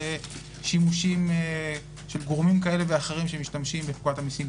שימושים של גורמים כאלה ואחרים שמשתמשים בפקודת המיסים,